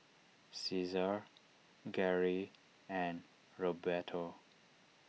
Caesar Garey and Roberto